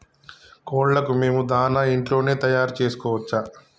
కోళ్లకు మేము దాణా ఇంట్లోనే తయారు చేసుకోవచ్చా?